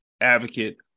advocate